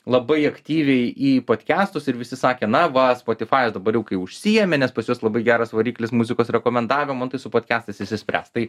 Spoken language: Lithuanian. labai aktyviai į podkestus ir visi sakė na va spotifajus dabar jau kai užsiėmė nes pas juos labai geras variklis muzikos rekomendavimo nu tai su podkestais išsispręs tai